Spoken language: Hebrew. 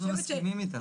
אנחנו מסכימים איתך.